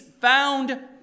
found